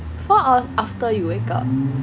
four hours after you wake up